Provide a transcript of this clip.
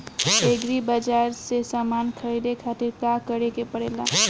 Agri बाज़ार से समान ख़रीदे खातिर का करे के पड़ेला?